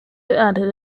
added